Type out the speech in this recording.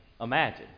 imagine